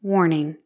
Warning